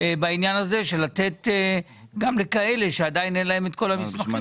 בעניין הזה של לתת אישור זמני לכאלה שעדיין אין להן את כל המסמכים.